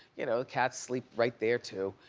you know cats sleep right there too.